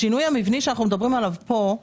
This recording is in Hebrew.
השינוי המבני שאנחנו מדברים עליו פה,